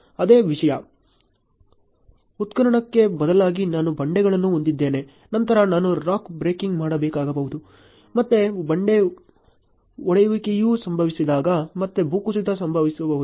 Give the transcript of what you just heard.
ಅದೇ ವಿಷಯ ಉತ್ಖನನಕ್ಕೆ ಬದಲಾಗಿ ನಾನು ಬಂಡೆಗಳನ್ನು ಹೊಂದಿದ್ದೇನೆ ನಂತರ ನಾನು ರಾಕ್ ಬ್ರೇಕಿಂಗ್ ಮಾಡಬೇಕಾಗಬಹುದು ಮತ್ತು ಬಂಡೆ ಒಡೆಯುವಿಕೆಯು ಸಂಭವಿಸಿದಾಗ ಮತ್ತೆ ಭೂಕುಸಿತ ಸಂಭವಿಸಬಹುದು